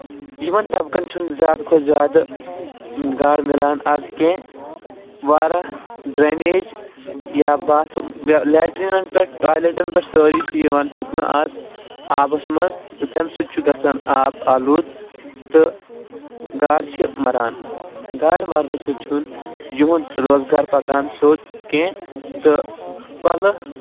یِمن تَبکن چھُ نہٕ زیادٕ کھۄتہٕ زیادٕ گاڈٕ مِلان آز کیٚنٛہہ واریاہ ڈرینیج یا باتھروم لیٹریٖنین پٮ۪ٹھ ٹولیٹن پٮ۪ٹھ سٲری چھِ یِوان ٹُھکنہٕ آز آبس منٛز تہٕ تَمہِ سۭتۍ چھُ گژھان آب آلودٕ تہٕ گاڈٕ چھِ مَران گاڈٕ مَرنہٕ سۭتۍ چھُنہٕ یِہُنٛد روزگار پَکان سیٚود کیٚنٛہہ تہٕ کۄلہٕ